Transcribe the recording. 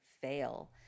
fail